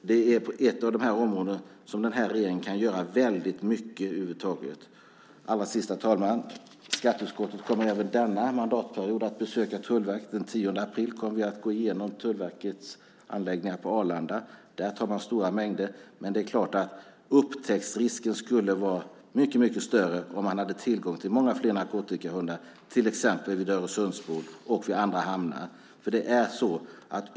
Det är ett område inom vilket den här regeringen kan göra väldigt mycket. Allra sist, herr talman, kommer skatteutskottet även denna mandatperiod att besöka Tullverket. Den 10 april kommer vi att gå igenom Tullverkets anläggningar på Arlanda. Där tar man stora mängder. Det är klart att upptäcktsrisken skulle vara mycket större om man hade tillgång till många fler narkotikahundar, till exempel vid Öresundsbron och vid hamnar.